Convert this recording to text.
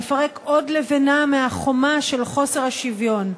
מפרק עוד לבנה מהחומה של חוסר השוויון,